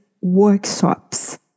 workshops